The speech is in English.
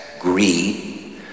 Greed